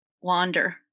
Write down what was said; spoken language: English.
wander